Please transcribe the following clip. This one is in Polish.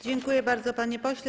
Dziękuję bardzo, panie pośle.